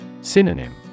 Synonym